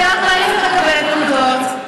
אני רק מעליזה מקבלת פקודות,